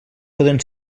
poden